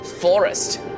forest